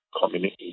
community